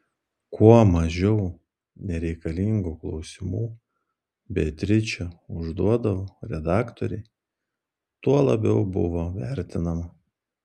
kuo mažiau nereikalingų klausimų beatričė užduodavo redaktorei tuo labiau buvo vertinama